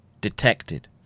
detected